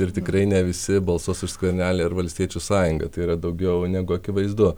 ir tikrai ne visi balsuos už skvernelį ar valstiečių sąjungą tai yra daugiau negu akivaizdu